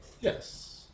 Yes